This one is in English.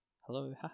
Hello